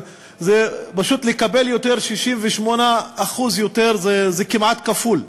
פשוט לקבל 68% יותר, זה כמעט כפול.